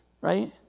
right